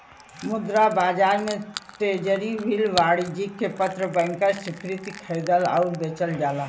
मुद्रा बाजार में ट्रेज़री बिल वाणिज्यिक पत्र बैंकर स्वीकृति खरीदल आउर बेचल जाला